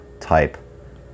type